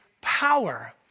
power